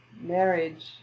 marriage